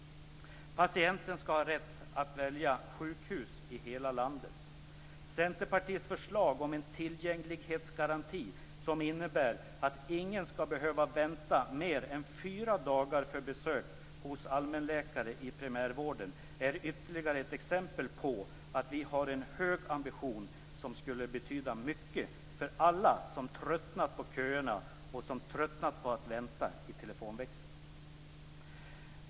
Patienten skall ha rätt att välja sjukhus i hela landet. Centerpartiets förslag om en tillgänglighetsgaranti som innebär att ingen skall behöva vänta mer än fyra dagar för besök hos allmänläkare i primärvården är ytterligare ett exempel på att vi har en hög ambition, som skulle betyda mycket för alla som tröttnat på köerna och på att vänta i telefonväxeln.